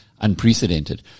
unprecedented